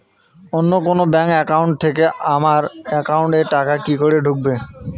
অন্য কোনো bank account থেকে আমার একাউন্ট এ টাকা কি করে ঢুকবে?